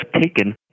taken